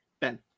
Ben